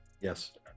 Yes